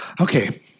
Okay